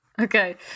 Okay